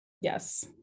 Yes